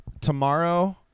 tomorrow